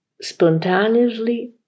spontaneously